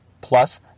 plus